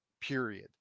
period